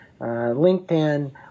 LinkedIn